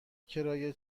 کرایه